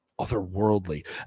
otherworldly